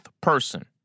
person